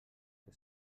que